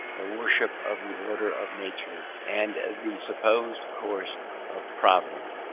a worship of the order of nature, and the supposed course of providence,